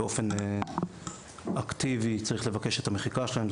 באופן אקטיבי צריך לבקש את המחיקה שלהם.